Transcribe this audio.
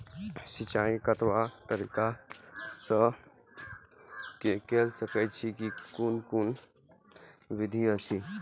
सिंचाई कतवा तरीका स के कैल सकैत छी कून कून विधि अछि?